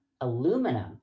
aluminum